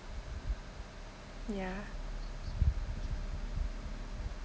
yeah